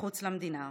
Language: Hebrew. מחוץ למדינה,